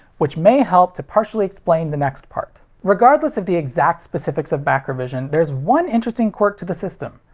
which may help to partially explain the next part regardless of the exact specifics of macrovision, there's one interesting quirk to the system.